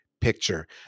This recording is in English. picture